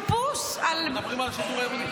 חיפוש על --- אנחנו מדברים על השיטור העירוני.